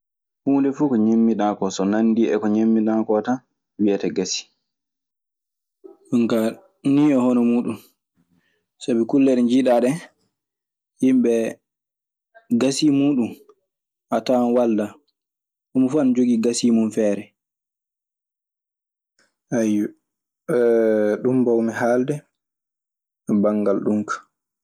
Huunde fuu ko ñenbinaa koo, so nandii e ko ñenbinaa koo tan wiyete gasii. Ɗum nii e hono muuɗum, sabi kulle ɗe njiiɗaa yimɓe gasii muuɗum a tawan waldaa, homo fuu ana jogii gasii mum feere. Ɗun mbawmi haalde e banngal ɗun ka.